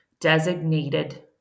designated